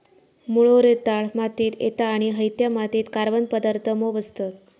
मुळो रेताळ मातीत येता आणि हयत्या मातीत कार्बन पदार्थ मोप असतत